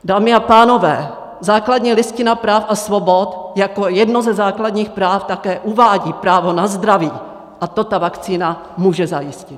Dámy a pánové, základní listina práv a svobod jako jedno ze základních práv také uvádí právo na zdraví a to ta vakcína může zajistit!